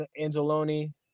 Angeloni